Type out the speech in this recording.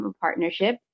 partnership